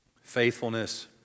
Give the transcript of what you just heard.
Faithfulness